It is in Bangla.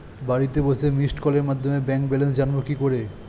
বাড়িতে বসে মিসড্ কলের মাধ্যমে ব্যাংক ব্যালেন্স জানবো কি করে?